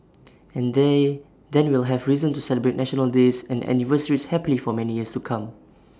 and they then we'll have reason to celebrate national days and anniversaries happily for many years to come